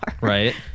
Right